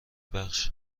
بخش